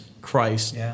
Christ